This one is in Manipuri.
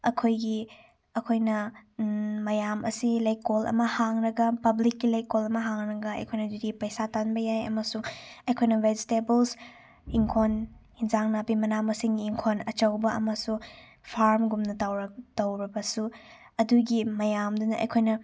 ꯑꯩꯈꯣꯏꯒꯤ ꯑꯩꯈꯣꯏꯅ ꯃꯌꯥꯝ ꯑꯁꯤ ꯂꯩꯀꯣꯜ ꯑꯃ ꯍꯥꯡꯂꯒ ꯄꯥꯕ꯭ꯂꯤꯛꯀꯤ ꯂꯩꯀꯣꯜ ꯑꯃ ꯍꯥꯡꯂꯒ ꯑꯩꯈꯣꯏꯅ ꯑꯗꯨꯗꯒꯤ ꯄꯩꯁꯥ ꯇꯥꯟꯕ ꯌꯥꯏ ꯑꯃꯁꯨꯡ ꯑꯩꯈꯣꯏꯅ ꯚꯤꯖꯤꯇꯦꯕꯜꯁ ꯏꯪꯈꯣꯟ ꯏꯟꯖꯥꯡ ꯅꯥꯄꯤ ꯃꯅꯥ ꯃꯁꯤꯡꯒꯤ ꯏꯪꯈꯣꯟ ꯑꯆꯧꯕ ꯑꯃꯁꯨ ꯐꯥꯔꯝꯒꯨꯝꯅ ꯇꯧꯔꯕꯁꯨ ꯑꯗꯨꯒꯤ ꯃꯌꯥꯝꯗꯨꯅ ꯑꯩꯈꯣꯏꯅ